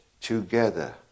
together